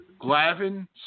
Glavin